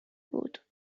بود